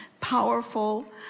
powerful